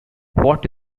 what